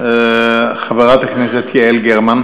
חברת הכנסת יעל גרמן.